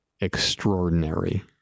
extraordinary